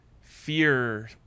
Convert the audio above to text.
fear